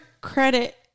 credit